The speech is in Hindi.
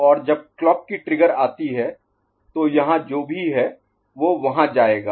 और जब क्लॉक की ट्रिगर आती है तो यहां जो भी है वो वहां जायेगा